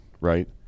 right